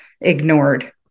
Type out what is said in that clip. ignored